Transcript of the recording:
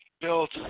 built